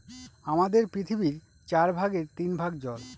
আমাদের পৃথিবীর চার ভাগের তিন ভাগ জল